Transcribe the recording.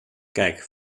kijk